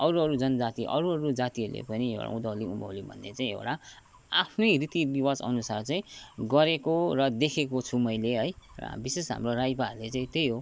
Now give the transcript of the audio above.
अरू अरू जनजाति अरू अरू जातिहरूले पनि उँधौली उँभौली भन्ने चाहिँ एउटा आफ्नै रीति रिवाज अनुसार चाहिँ गरेको र देखेको छु मैले है र विशेष हाम्रो राइपाहरूले चाहिँ त्यही हो